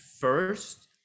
first